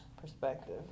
perspective